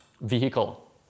vehicle